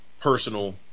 personal